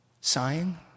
Sighing